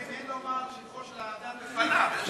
אין לומר שבחו של האדם בפניו.